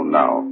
now